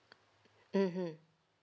mmhmm